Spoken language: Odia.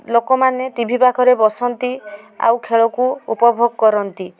ଲୋକମାନେ ଟିଭି ପାଖରେ ବସନ୍ତି ଆଉ ଖେଳକୁ ଉପଭୋଗ କରନ୍ତି